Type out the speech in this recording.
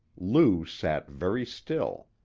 lou sat very still.